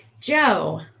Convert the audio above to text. Joe